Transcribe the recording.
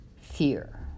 fear